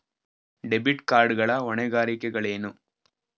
Debit card ಗಳ ಹೊಣೆಗಾರಿಕೆಗಳೇನು?